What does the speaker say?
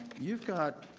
you've got